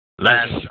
last